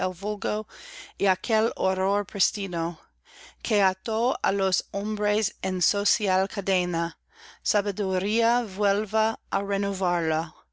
y aquel horror prístino qie ató á los hombres en social cadena sabiduría vuelva